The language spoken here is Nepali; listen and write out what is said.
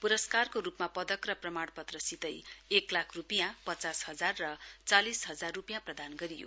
पुरस्कारको रुपमा पदक र प्रमाणपत्र सितै एकलाख रुपियाँ पचास हजार र चालिस हजार रुपियाँ प्रदान गरियो